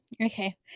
Okay